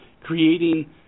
creating